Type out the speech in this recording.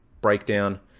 Breakdown